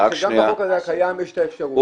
שגם בחוק הקיים יש את האפשרות,